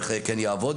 איך כן יעבוד.